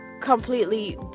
Completely